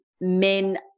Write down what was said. men